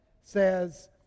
says